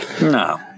No